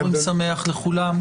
פורים שמח לכולם.